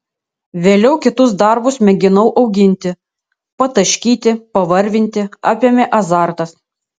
vėliau kitus darbus mėginau auginti pataškyti pavarvinti apėmė azartas